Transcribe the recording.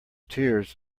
tears